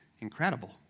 incredible